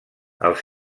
els